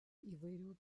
įvairių